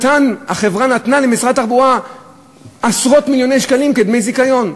שהחברה נתנה למשרד התחבורה עשרות מיליוני שקלים כדמי זיכיון.